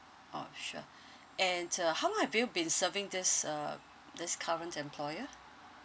oh sure and uh how long have you been serving this uh this current employer